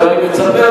ואני מצפה,